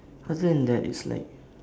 other than that it's like